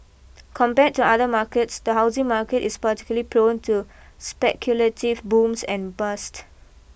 compared to other markets the housing market is particularly prone to speculative booms and bust